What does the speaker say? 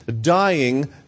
dying